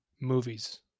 movies